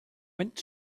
went